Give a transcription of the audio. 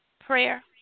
prayer